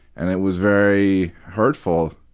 and it was very hurtful.